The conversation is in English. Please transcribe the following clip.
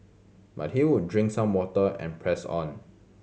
but he would drink some water and press on